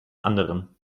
anderen